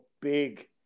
big